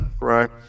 Right